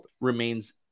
remains